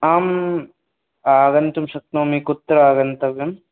आम् आगन्तुं शक्नोमि कुत्र आगन्तव्यम्